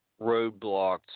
roadblocks